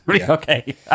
Okay